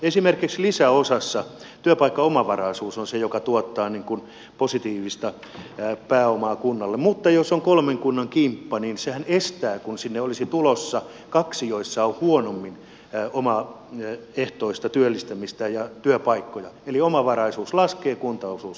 esimerkiksi lisäosassa työpaikkaomavaraisuus on se joka tuottaa positiivista pääomaa kunnalle mutta jos on kolmen kunnan kimppa niin sehän aiheuttaa kun sinne olisi tulossa kaksi joissa on huonommin omaehtoista työllistämistä ja työpaikkoja sen että omavaraisuus laskee ja kuntaosuus laskee